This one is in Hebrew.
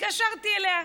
התקשרתי אליה.